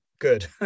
good